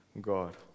God